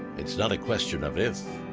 it's not a question of if,